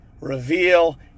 reveal